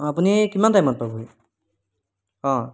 অঁ আপুনি কিমান টাইমত পাবহি অঁ